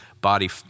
body